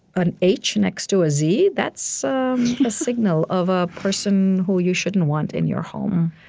an h next to a z, that's a signal of a person who you shouldn't want in your home.